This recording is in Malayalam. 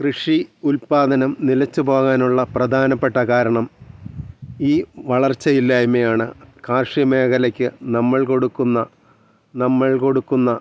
കൃഷി ഉൽപ്പാദനം നിലച്ച് പോകാനുള്ള പ്രധാനപ്പെട്ട കാരണം ഈ വളർച്ച ഇല്ലായ്മയാണ് കാർഷിക മേഖലയ്ക്ക് നമ്മൾ കൊടുക്കുന്ന നമ്മൾ കൊടുക്കുന്ന